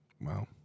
Wow